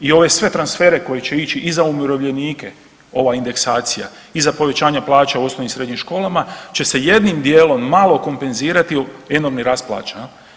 I ove sve transfere koji će ići i za umirovljenike ova indeksacija i za povećanje plaća u osnovnim i srednjim školama će se jednim dijelom malo kompenzirati enormni rast plaća.